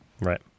Right